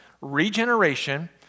Regeneration